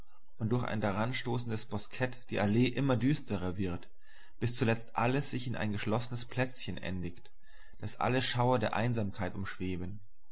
und durch ein daranstoßendes boskett die allee immer düsterer wird bis zuletzt alles sich in ein geschlossenes plätzchen endigt das alle schauer der einsamkeit umschweben